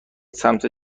سمت